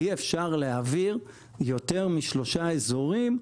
אי אפשר להעביר יותר משלושה אזורים,